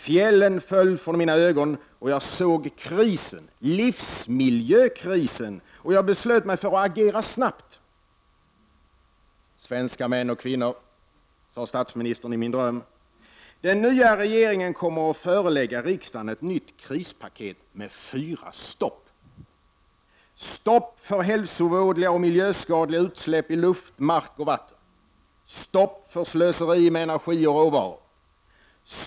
Fjällen föll från mina ögon och jag såg krisen — livsmiljökrisen — och jag beslöt mig för att agera snabbt. Svenska män och kvinnor — sade statsministern i min dröm — den nya regeringen kommer att förelägga riksdagen ett nytt krispaket med fyra stopp: 2. Stopp för slöseri med energi och råvaror. 3.